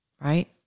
right